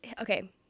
okay